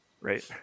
Right